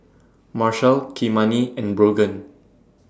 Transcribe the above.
Marshal Kymani and Brogan